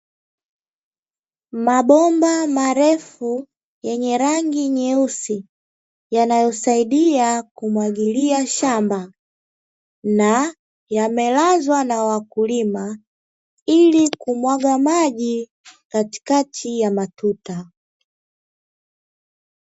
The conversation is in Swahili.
Mabomba marefu yenye rangi nyeusi, yanayosaidia kumwagilia shamba na yamelazwa na wakulima, ili kumwaga maji katikati ya matuta.